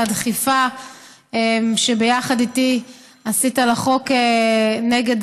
על הדחיפה שביחד איתי עשית לחוק נגד